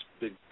big